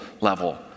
level